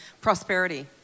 prosperity